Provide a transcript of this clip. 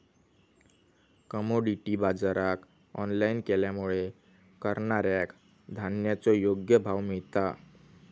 commodity बाजराक online केल्यामुळे करणाऱ्याक धान्याचो योग्य भाव मिळता